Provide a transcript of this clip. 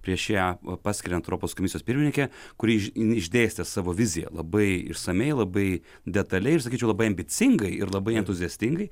prieš ją va paskiriant europos komisijos pirmininke kuri iš išdėstė savo viziją labai išsamiai labai detaliai ir sakyčiau labai ambicingai ir labai entuziastingai